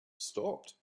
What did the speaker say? stopped